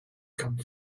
come